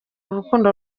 urukundo